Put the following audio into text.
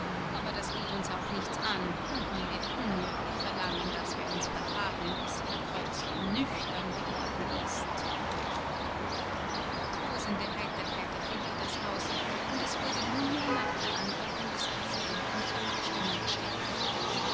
aber das geht uns auch nichts an und man wird unmöglich verlangen daß wir uns vertagen bis herr krötzl nüchtern geworden ist tosende heiterkeit erfüllte das haus und es wurde nunmehr nach der anordnung des präsidenten zur abstimmung geschritten